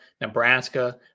Nebraska